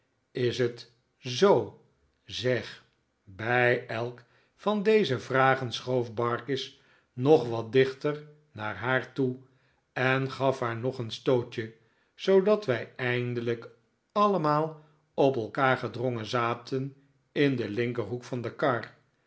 is het zoo zeg bij elk van deze vragen schoof barkis nog wat dichter naar haar toe en gaf haar nog een stootje zoodat wij eindelijk allemaal op elkaar gedrongen zaten in den linkerhoek van de kar